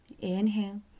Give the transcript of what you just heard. Inhale